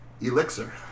elixir